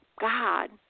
God